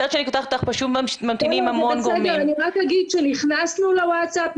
אני רק אגיד שנכנסנו לוואטסאפ,